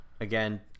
again